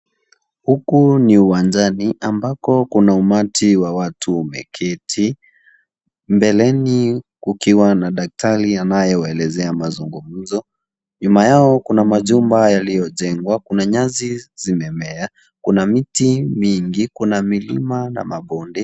Huku ni uwanjani ambako kuna umati wa watu umeketi, mbeleni kukiwa na daktari anayewaelezea mazungumzo, nyuma yao kuna majumba yaliyojengwa, kuna nyasi zilizomea, kuna miti, milima na mabonde.